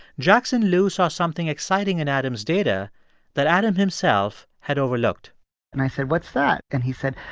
jackson lu saw something exciting in adam's data that adam himself had overlooked and i said, what's that? and he said,